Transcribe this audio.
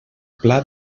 pla